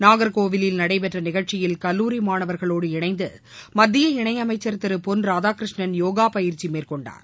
நாகர்கோவிலில் நடடபெற்ற நிகழ்ச்சியில் கல்லூரி மாணவர்களோடு இணைந்து மத்திய இணையமைச்சர் திரு பொன் ராதாகிருஷ்ணன் யோகா பயிற்சி மேற்கொண்டார்